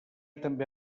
també